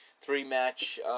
three-match